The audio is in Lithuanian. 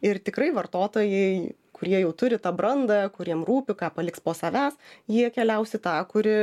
ir tikrai vartotojai kurie jau turi tą brandą kuriem rūpi ką paliks po savęs jie keliaus į tą kuri